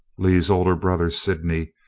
lee's older brother, sydney,